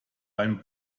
einen